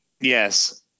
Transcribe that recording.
Yes